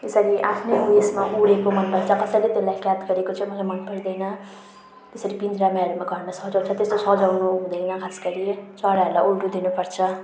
यसरी आफ्नै उयसमा उडेको मनपर्छ कसैले त्यसलाई कैद गरेको चाहिँ म मनपर्दैन त्यसरी पिन्जरामा घरमा सजाउँछ त्यस्तो सजाउनु हुँदैन खास गरी चराहरूलाई उड्न दिनुपर्छ